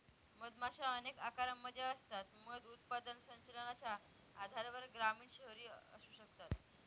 मधमाशा अनेक आकारांमध्ये असतात, मध उत्पादन संचलनाच्या आधारावर ग्रामीण, शहरी असू शकतात